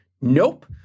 Nope